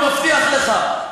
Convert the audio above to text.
אני מבטיח לך,